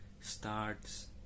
starts